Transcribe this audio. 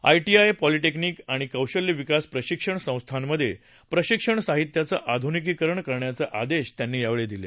I T I polytechnic आणि कौशल्य विकास प्रशिक्षण संस्थांमधे प्रशिक्षण साहित्याचं आधुनिकीकरण करण्याचे आदेश त्यांनी यावेळी दिले